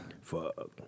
Fuck